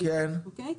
אוקיי?